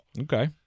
okay